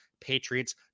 Patriots